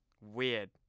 weird